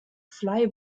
fly